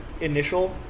initial